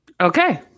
Okay